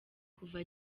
kuva